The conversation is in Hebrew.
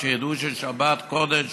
כשידעו ששבת קודש